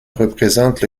représente